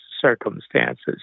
circumstances